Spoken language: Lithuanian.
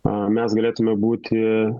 mes galėtume būti